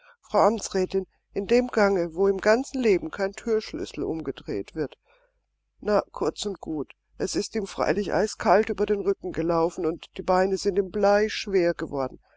frau amtsrätin in dem gange wo im ganzen leben kein thürschlüssel umgedreht wird na kurz und gut es ist ihm freilich eiskalt über den rücken gelaufen und die beine sind ihm bleischwer geworden